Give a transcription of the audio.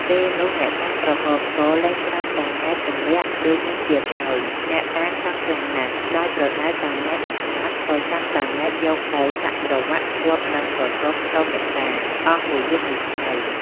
ពេលនោះអ្នកតាក្រហមក លែងច្រានតា ង៉ែត ទម្លាក់ដូចមុនទៀតហើយ អ្នកតាខឹងខ្លាំងណាស់ ដោយប្រដៅតា ង៉ែត មិនស្តាប់ ក៏ចាប់តា ង៉ែត យកទៅ ដាក់ច្រវាក់ភ្ជាប់នឹងសសរខ្ទមអ្នកតា អស់មួយយប់មួយថ្ងៃ ។